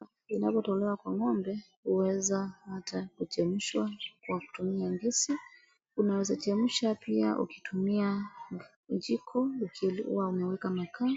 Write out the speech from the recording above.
Maziwa yanapotolewa kwa ng'ombe huweza hata kuchemshwa kwa kutumia gesi. Unaweza chemsha pia ukitumia jiko, ukiwa umeweka makaa